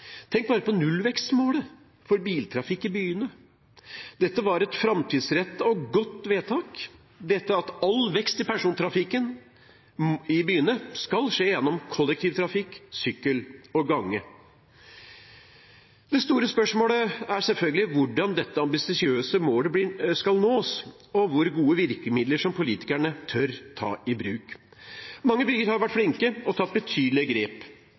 tenk bare på nullvekstmålet for biltrafikk i byene. Det var et framtidsrettet og godt vedtak – at all vekst i persontrafikken i byene skal skje gjennom kollektivtrafikk, sykkel og gange. Det store spørsmålet er selvfølgelig hvordan dette ambisiøse målet skal nås, og hvor gode virkemidler politikerne tør ta i bruk. Mange byer har vært flinke og tatt betydelige grep,